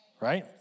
right